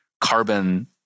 carbon